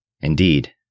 Indeed